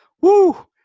Woo